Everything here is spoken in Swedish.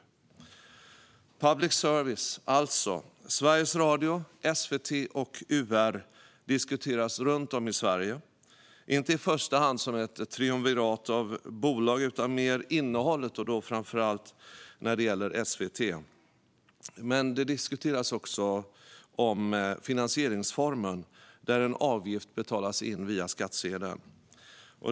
Public service, alltså Sveriges Radio, SVT och UR, diskuteras runt om i Sverige, inte i första hand som ett triumvirat av bolag utan mer när det gäller innehållet - och då framför allt när det handlar om SVT. Men också finansieringsformen där en avgift betalas in via skattsedeln diskuteras.